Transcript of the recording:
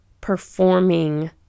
performing